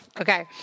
Okay